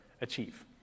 achieve